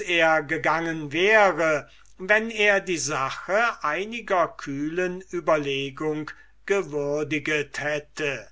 er gegangen wäre wenn er die sache einiger kühlen überlegung gewürdiget hätte